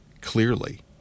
Clearly